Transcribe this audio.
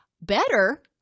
better